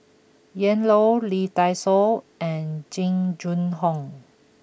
Ian Loy Lee Dai Soh and Jing Jun Hong